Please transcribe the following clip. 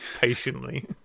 patiently